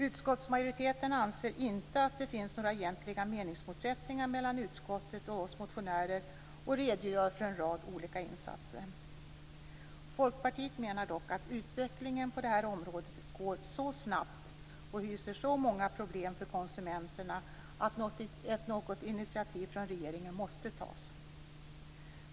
Utskottsmajoriteten anser inte att det finns några egentliga meningsmotsättningar mellan utskottet och oss motionärer, och man redogör för en rad olika insatser. Folkpartiet menar dock att utvecklingen på det här området går så snabbt och hyser så många problem för konsumenterna att något initiativ från regeringen måste tas.